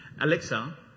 Alexa